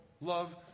love